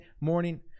morning